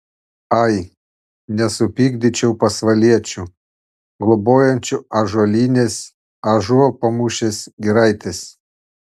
ai nesupykdyčiau pasvaliečių globojančių ąžuolynės ąžuolpamūšės giraitės